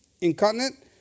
incontinent